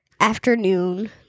afternoon